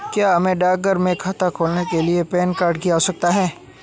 क्या हमें डाकघर में खाता खोलने के लिए पैन कार्ड की आवश्यकता है?